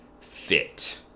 fit